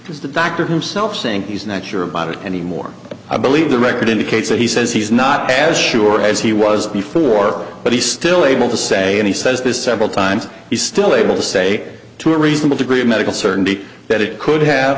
is the doctor himself saying he's not sure about it anymore i believe the record indicates that he says he's not as sure as he was before but he's still able to say and he says this several times he's still able to say to a reasonable degree of medical certainty that it could have